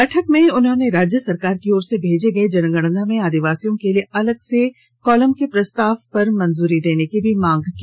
बैठक में उन्होंने राज्य सरकार की ओर से भेजे गए जनगणना में आदिवासियों के लिए अलग से कॉलम के प्रस्ताव पर मंजूरी देने की भी मांग की